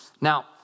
Now